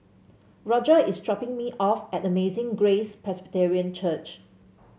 Roger is dropping me off at Amazing Grace Presbyterian Church